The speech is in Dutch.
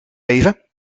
even